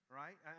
right